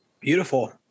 Beautiful